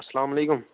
اَسَلام علیکُم